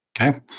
Okay